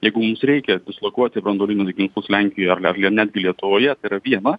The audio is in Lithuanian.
jeigu mums reikia dislokuoti branduolinius ginklus lenkijoj ar ar ne netgi lietuvoje tai yra viena